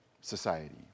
society